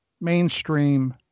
mainstream